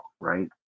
right